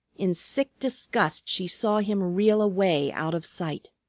in sick disgust she saw him reel away out of sight.